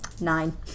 Nine